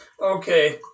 Okay